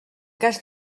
cas